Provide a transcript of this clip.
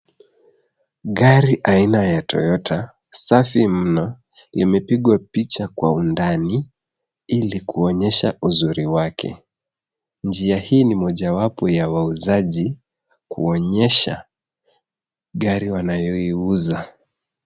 Gari aina ya Toyota safi mno, imepigwa picha kwa undani ili kuonyesha uzuri wake. Njia hii ni mojawapo ya wauzaji kuonyesha gari wanayoiuza.